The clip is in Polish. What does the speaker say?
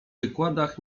wykładach